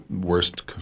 worst